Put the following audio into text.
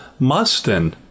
Mustin